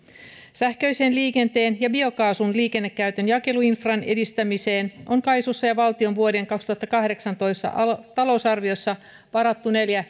sähköisen liikenteen ja biokaasun liikennekäytön jakeluinfran edistämiseen on kaisussa ja valtion vuoden kaksituhattakahdeksantoista talousarviossa varattu neljä